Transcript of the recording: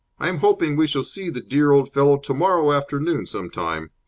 i'm hoping we shall see the dear old fellow tomorrow afternoon some time.